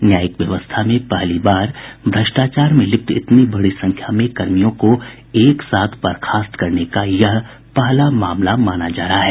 न्यायिक व्यवस्था में पहली बार भ्रष्टाचार में लिप्त इतनी बड़ी संख्या में कर्मियों को एक साथ बर्खास्त करने का यह पहला मामला माना जा रहा है